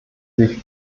sich